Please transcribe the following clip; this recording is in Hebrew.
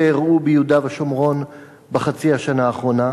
אירעו ביהודה ושומרון בחצי השנה האחרונה?